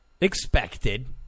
expected